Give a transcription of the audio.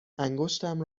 انگشتم